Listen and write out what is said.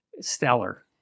stellar